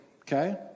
okay